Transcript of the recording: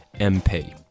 MP